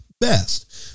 best